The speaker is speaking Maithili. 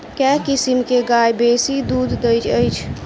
केँ किसिम केँ गाय बेसी दुध दइ अछि?